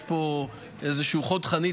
יש פה איזשהו חוד חנית,